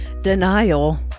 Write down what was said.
denial